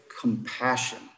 compassion